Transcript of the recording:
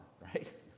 right